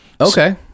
Okay